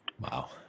Wow